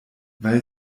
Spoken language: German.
weil